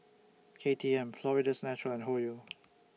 K T M Florida's Natural and Hoyu